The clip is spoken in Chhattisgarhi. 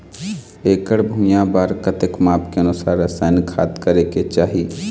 एकड़ भुइयां बार कतेक माप के अनुसार रसायन खाद करें के चाही?